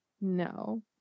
no